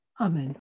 Amen